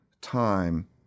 time